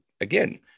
again